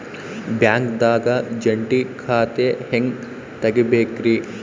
ಬ್ಯಾಂಕ್ದಾಗ ಜಂಟಿ ಖಾತೆ ಹೆಂಗ್ ತಗಿಬೇಕ್ರಿ?